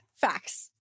facts